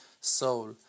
soul